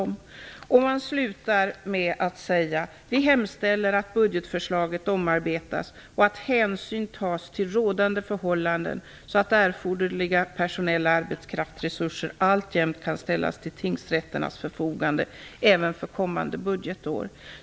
Man avslutar med att säga: Vi hemställer att budgetförslaget omarbetas och att hänsyn tas till rådande förhållanden, så att erforderliga personella arbetskraftsresurser alltjämt kan ställas till tingsrätternas förfogande även för kommande budgetår.